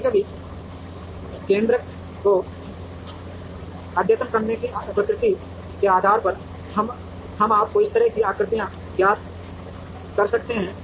कभी कभी केन्द्रक को अद्यतन करने की प्रकृति के आधार पर हम आपको इस तरह की आकृतियाँ ज्ञात कर सकते हैं